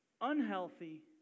Unhealthy